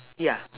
ya